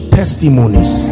testimonies